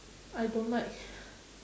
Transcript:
I don't like